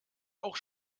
auch